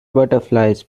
butterflies